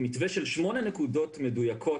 מתווה של שמונה נקודות מדויקות.